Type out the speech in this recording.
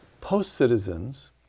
Post-citizens